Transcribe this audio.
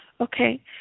Okay